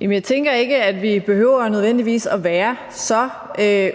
Jeg tænker ikke, at vi nødvendigvis behøver at være så